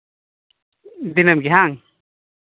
ᱫᱤᱱᱟᱹᱢ ᱜᱮ ᱦᱮᱸᱵᱟᱝ